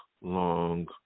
long